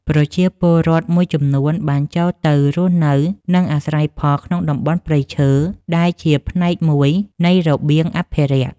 ប្រជាពលរដ្ឋមួយចំនួនបានចូលទៅរស់នៅ និងអាស្រ័យផលក្នុងតំបន់ព្រៃឈើដែលជាផ្នែកមួយនៃរបៀងអភិរក្ស។